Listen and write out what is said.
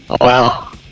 Wow